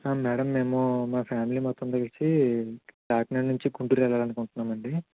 madam మేము మా family మొత్తం కలిసి కాకినాడ నుంచి గుంటూరు వెళ్లాలనుకుంటున్నామండి